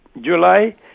July